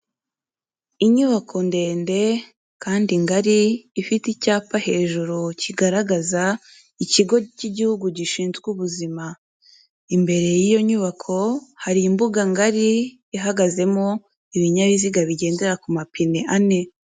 Inyubako ndende, kandi ngari ,ifite icyapa hejuru kigaragaza ikigo cy'igihugu gishinzwe ubuzima. Imbere y'iyo nyubako hari imbuga ngari, ihagazemo ibinyabiziga bigendera ku mapine ane.